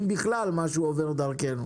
אם בכלל משהו עובר דרכנו?